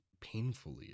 painfully